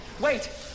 Wait